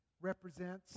represents